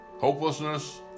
Hopelessness